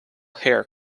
hair